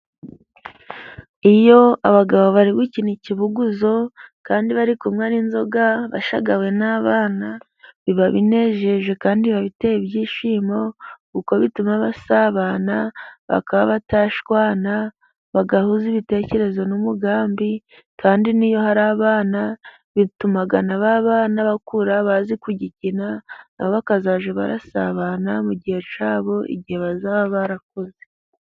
Iyo abagabo bari gukina ikibuguzo, kandi bari kunywa n'inzoga bashagawe n'abana, biba binejeje kandi biba biteye ibyishimo, kuko bituma basabana bakaba batashwana, bagahuza ibitekerezo n'umugambi . Kandi n'iyo hari abana bituma na ba bana bakura bazi kugikina, na bo bakajya basabana mu gihe cyabo, igihe bazaba barakuze.